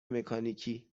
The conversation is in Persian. مکانیکی